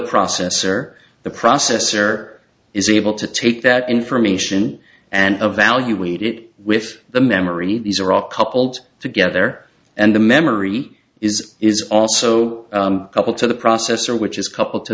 processor the processor is able to take that information and evaluate it with the memory these are all coupled together and the memory is is also coupled to the processor which is